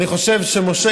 אני חושב שמשה,